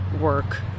work